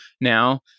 now